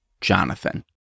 Jonathan